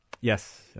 Yes